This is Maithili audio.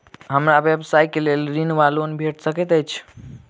हमरा व्यवसाय कऽ लेल ऋण वा लोन भेट सकैत अछि?